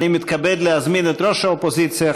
אני מתכבד להזמין את ראש האופוזיציה,